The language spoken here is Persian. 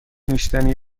نوشیدنی